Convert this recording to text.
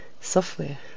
software